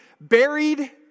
buried